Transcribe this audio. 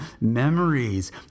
memories